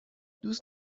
دوست